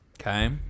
Okay